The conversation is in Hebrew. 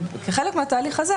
חלק מהתהליך הזה,